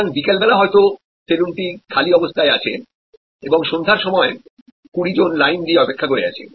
সুতরাং বিকেল বেলা হয়তো সেলুনটি খালি অবস্থায় আছে এবং সন্ধ্যার সময় 20 জন লাইন দিয়ে অপেক্ষা করে আছে